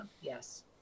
Yes